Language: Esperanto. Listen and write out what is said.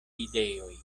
ideoj